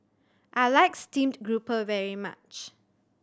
I like steamed grouper very much